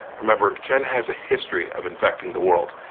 remember, china has a history of infecting the world.